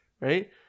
right